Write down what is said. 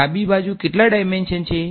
ડાબી બાજુ કેટલા ડાઈમેંશન છે